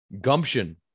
gumption